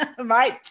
Right